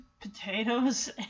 potatoes